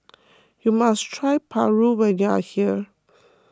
you must try Paru when you are here